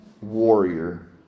warrior